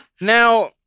Now